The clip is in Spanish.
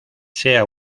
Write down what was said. sea